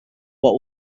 what